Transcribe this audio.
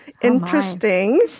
Interesting